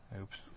Oops